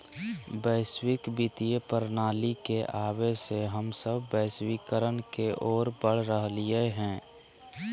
वैश्विक वित्तीय प्रणाली के आवे से हम सब वैश्वीकरण के ओर बढ़ रहलियै हें